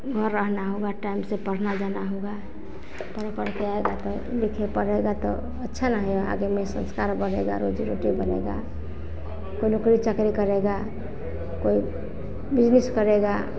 घर रहना होगा टाइम टाइम से पढ़ना जाना होगा अपना पढ़ के आएगा तो लिखे पढ़ेगा तो अच्छा रहेगा आगे में संस्कार बढ़ेगा रोजी रोटी बनेगा कोई न कोई चकरी करेगा कोई बिजनेस करेगा